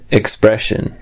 expression